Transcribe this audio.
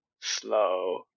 slow